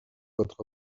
votre